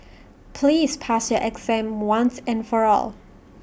please pass your exam once and for all